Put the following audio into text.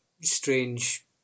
strange